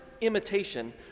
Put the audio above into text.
imitation